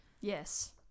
yes